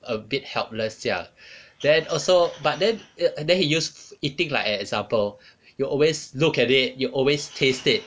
a bit helpless 这样 then also but then it then he use eating like an example you always look at it you always taste it